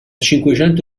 cinquecento